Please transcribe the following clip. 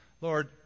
Lord